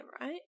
right